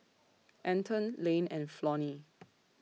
Anton Lane and Flonnie